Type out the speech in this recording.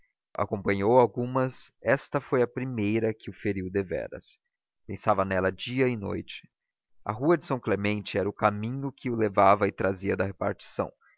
acompanhou algumas esta foi a primeira que o feriu deveras pensava nela dia e noite a rua de são clemente era o caminho que o levava e trazia da repartição